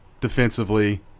defensively